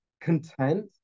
content